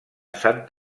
sant